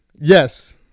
Yes